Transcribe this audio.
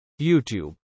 YouTube